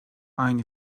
aynı